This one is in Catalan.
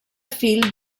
fill